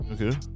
Okay